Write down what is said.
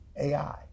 AI